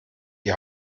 die